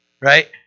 right